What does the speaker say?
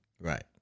Right